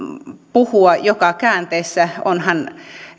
puhua joka käänteessä onhan